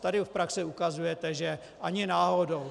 Tady v praxi ukazujete, že ani náhodou.